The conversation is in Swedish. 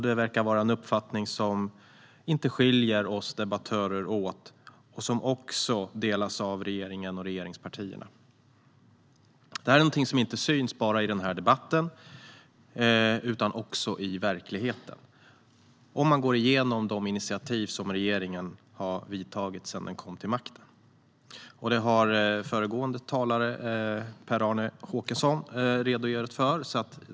Det verkar vara en uppfattning som inte skiljer oss debattörer åt, och det är en uppfattning som delas av regeringen och regeringspartierna. Det här är något som syns inte bara i den här debatten utan också i verkligheten, vilket man ser om man går igenom de initiativ som regeringen har tagit sedan den kom till makten. Det har den föregående talaren Per-Arne Håkansson redogjort för.